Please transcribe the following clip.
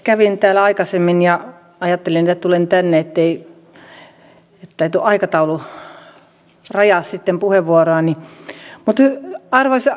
kävin täällä aikaisemmin ja ajattelin että tulen tänne ettei tuo aikataulu rajaa sitten puheenvuoroani